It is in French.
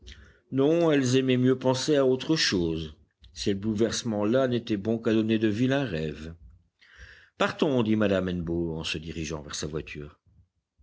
non elles aimaient mieux penser à autre chose ces bouleversements là n'étaient bons qu'à donner de vilains rêves partons dit madame hennebeau en se dirigeant vers sa voiture